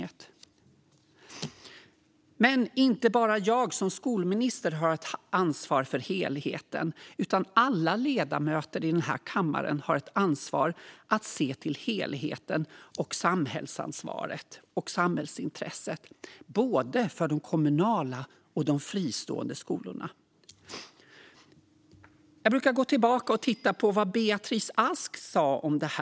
Det är dock inte bara jag som skolminister som har ett ansvar för helheten, utan alla ledamöter i denna kammare har ett ansvar att se till helheten och samhällsintresset, både för de kommunala och de fristående skolorna. Jag brukar gå tillbaka och läsa vad Beatrice Ask sa om detta.